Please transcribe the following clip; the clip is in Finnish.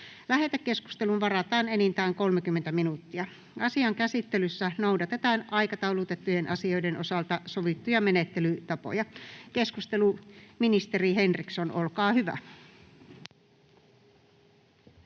Lähetekeskusteluun varataan enintään 30 minuuttia. Asian käsittelyssä noudatetaan aikataulutettujen asioiden osalta sovittuja menettelytapoja. — Ministeri Henriksson, olkaa hyvä.